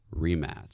rematch